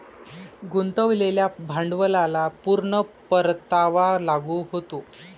गुंतवलेल्या भांडवलाला पूर्ण परतावा लागू होतो